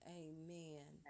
amen